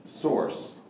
source